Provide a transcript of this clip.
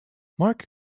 mark